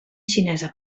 xinesa